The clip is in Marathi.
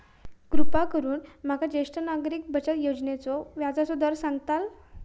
कृपा करून माका ज्येष्ठ नागरिक बचत योजनेचो व्याजचो दर सांगताल